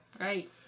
Right